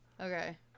Okay